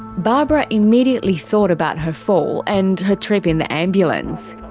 barbara immediately thought about her fall and her trip in the ambulance.